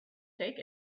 take